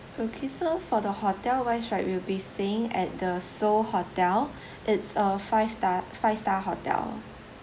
okay so for the hotel wise right we'll be staying at the seoul hotel it's a five star five star hotel